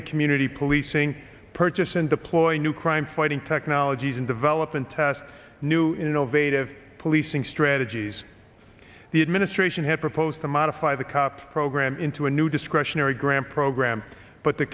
in community policing purchase and deploy new crime fighting technologies and develop and test new innovative policing strategies the administration has proposed to modify the cops program into a new discretionary grant program but the